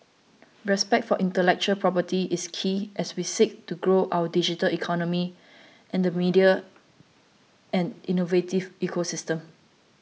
respect for intellectual property is key as we seek to grow our digital economy and the media and innovative ecosystems